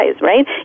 right